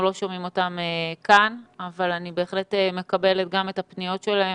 לא שומעים אותם כאן אבל אני בהחלט מקבלת גם את הפניות שלהם,